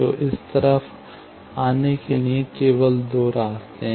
तो इस तरफ से आने के लिए केवल दो रास्ते हैं